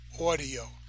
audio